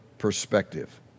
perspective